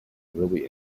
really